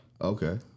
Okay